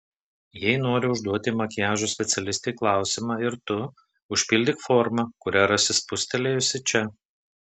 jei nori užduoti makiažo specialistei klausimą ir tu užpildyk formą kurią rasi spustelėjusi čia